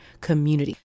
community